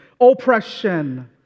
oppression